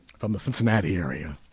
from the cincinnati area